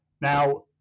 now